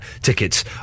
Tickets